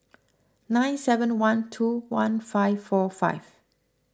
nine seven one two one five four five